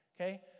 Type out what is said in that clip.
Okay